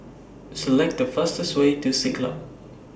Select The fastest Way to Siglap